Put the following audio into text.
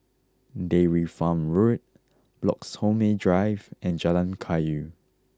Dairy Farm Road Bloxhome Drive and Jalan Kayu